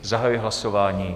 Zahajuji hlasování.